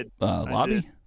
lobby